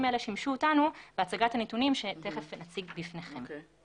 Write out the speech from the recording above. האלה שימשו אותנו בהשגת הנתונים שתיכף נציג בפניכם.